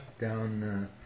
down